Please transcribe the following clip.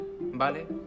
¿vale